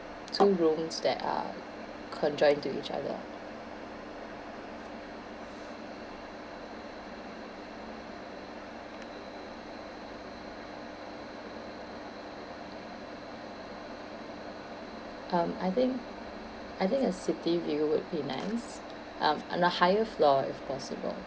two rooms that are conjoined to each other um I think I think a city view would be nice um the higher floor if possible